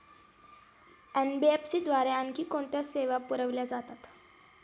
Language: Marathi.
एन.बी.एफ.सी द्वारे आणखी कोणत्या सेवा पुरविल्या जातात?